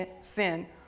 sin